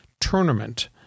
tournament